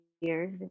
years